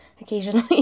occasionally